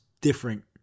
different